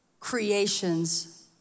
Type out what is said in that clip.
creations